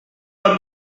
not